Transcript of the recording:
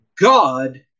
God